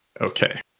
Okay